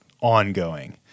ongoing